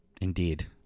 indeed